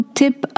tip